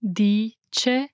dice